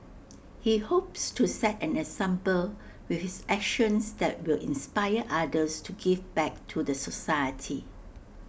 he hopes to set an example with his actions that will inspire others to give back to the society